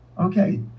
okay